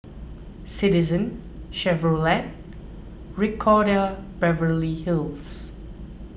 Citizen Chevrolet Ricardo Beverly Hills